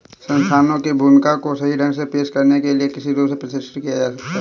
संस्थानों की भूमिका को सही ढंग से पेश करने के लिए किस रूप से प्रतिष्ठित किया जा सकता है?